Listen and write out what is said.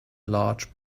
large